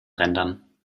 rendern